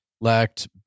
lacked